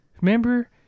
remember